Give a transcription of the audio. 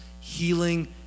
healing